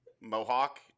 mohawk